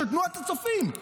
של תנועת הצופים.